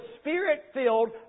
Spirit-filled